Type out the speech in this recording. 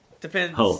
Depends